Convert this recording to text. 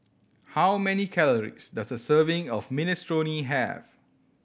how many calories does a serving of Minestrone have